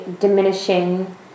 diminishing